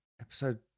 episode